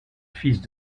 fils